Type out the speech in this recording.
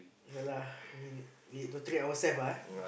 ya lah mean we need to treat ourself lah ah